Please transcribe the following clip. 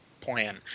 plan